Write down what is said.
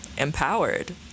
Empowered